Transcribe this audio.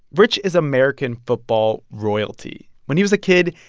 rich is american football royalty. when he was a kid,